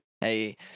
Hey